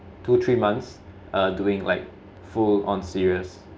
two three months uh doing like full on serious